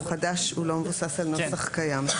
הוא חדש, הוא לא מבוסס על נוסח קיים.